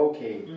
Okay